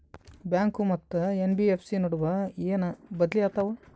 Bank ಮತ್ತ NBFC ನಡುವ ಏನ ಬದಲಿ ಆತವ?